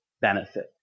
benefit